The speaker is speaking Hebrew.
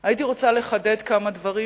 הייתי רוצה לחדד כמה דברים,